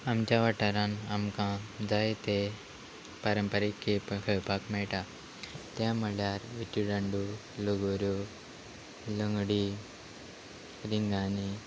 आमच्या वाठारान आमकां जायते पारंपारीक खेळ खेळपाक मेळटा ते म्हळ्यार विटी डांडू लगोऱ्यो लंगडी रिंगांनी